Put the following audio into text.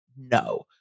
no